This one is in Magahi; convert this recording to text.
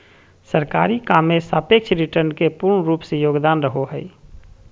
सरकारी काम मे सापेक्ष रिटर्न के पूर्ण रूप से योगदान रहो हय